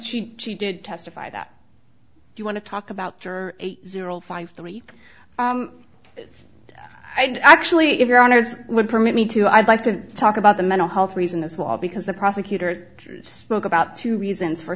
she she did testify that you want to talk about juror zero five three actually if your honour's would permit me to i'd like to talk about the mental health reason as well because the prosecutor spoke about two reasons for